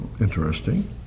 Interesting